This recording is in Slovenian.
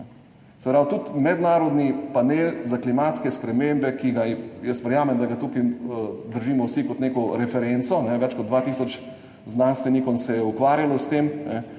tudi Mednarodni panel za klimatske spremembe, ki, verjamem, da ga tukaj držimo vsi kot neko referenco, več kot 2 tisoč znanstvenikov se je ukvarjalo s tem